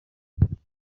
yashize